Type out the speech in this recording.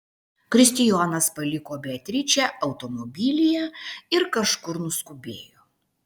kristijonas paliko beatričę automobilyje ir kažkur nuskubėjo